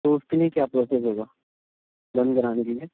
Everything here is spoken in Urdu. تو اس کے لیے کیا پروسس ہوگا بند کرانے کے لیے